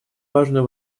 важную